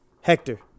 Hector